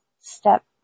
step